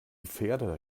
pferde